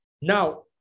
Now